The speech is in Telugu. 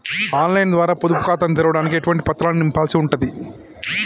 ఆన్ లైన్ ద్వారా పొదుపు ఖాతాను తెరవడానికి ఎటువంటి పత్రాలను నింపాల్సి ఉంటది?